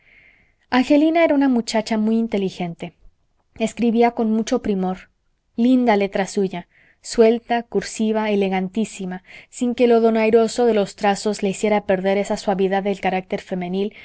angelina era una muchacha muy inteligente escribía con mucho primor linda letra la suya suelta cursiva elegantísima sin que lo donairoso de los trazos le hiciera perder esa suavidad del carácter femenil